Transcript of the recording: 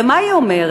ומה היא אומרת?